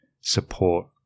support